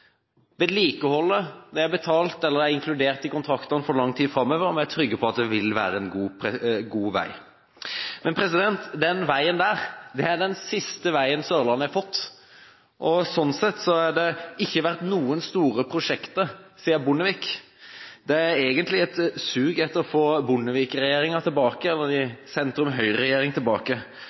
Vedlikeholdet er betalt eller er inkludert i kontraktene for lang tid framover, og vi er trygge på at det vil være en god vei. Men denne veien er den siste veien Sørlandet har fått, og slik sett har det ikke vært noen store prosjekter siden Bondevik. Det er egentlig et sug etter å få en Bondevik-regjering, en sentrum-høyre-regjering, tilbake. I